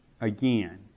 again